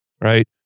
right